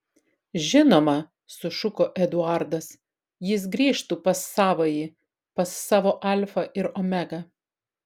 žinoma sušuko eduardas jis grįžtų pas savąjį pas savo alfą ir omegą